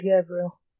Gabriel